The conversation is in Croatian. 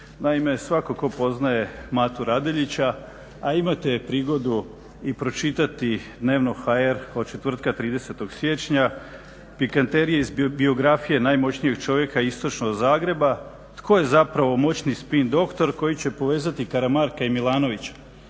Naime, svatko tko poznaje Matu Radeljića, a imate prigodu i pročitati dnevno.hr od četvrtka 30. siječnja, pikanterije iz biografije najmoćnijeg čovjeka istočnog Zagreba, tko je zapravo moćni spin doktor koji će povezati Karamarka i Milanovića.